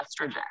estrogen